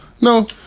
No